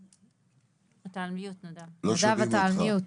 יש באמת תוכנית שמיועדות לחרדים.